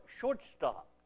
shortstop